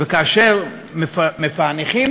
וכאשר גם מפענחים